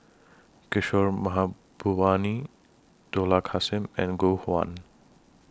Kishore Mahbubani Dollah Kassim and Gu Juan